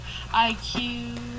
IQ